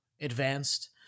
advanced